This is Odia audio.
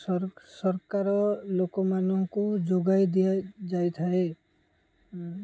ସରକାର ଲୋକମାନଙ୍କୁ ଯୋଗାଇ ଦିଆଯାଇଥାଏ